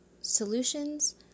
solutions